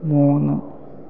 മൂന്ന്